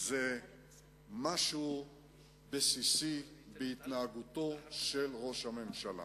זה משהו בסיסי בהתנהגותו של ראש הממשלה.